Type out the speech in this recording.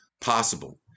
possible